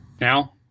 Now